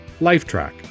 Lifetrack